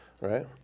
right